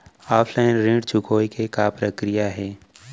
Offline ऋण चुकोय के का प्रक्रिया हे?